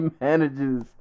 manages